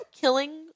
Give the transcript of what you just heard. killing